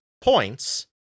points